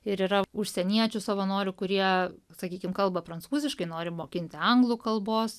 ir yra užsieniečių savanorių kurie sakykim kalba prancūziškai nori mokinti anglų kalbos